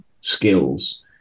skills